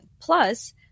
Plus